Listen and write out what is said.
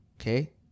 Okay